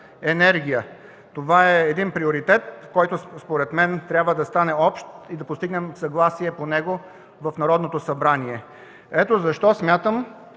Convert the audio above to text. енергия. Това е приоритет, който според мен трябва да стане общ и да постигнем съгласие по него в Народното събрание. Ето защо смятам,